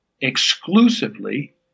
exclusively